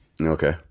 Okay